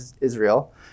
Israel